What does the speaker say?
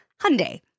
Hyundai